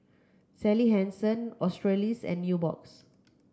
Sally Hansen Australis and Nubox